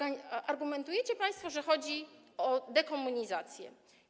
Argumentujecie państwo, że chodzi o dekomunizację.